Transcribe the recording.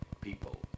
people